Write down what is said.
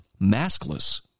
maskless